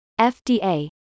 FDA